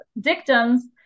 dictums